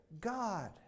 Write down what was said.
God